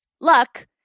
luck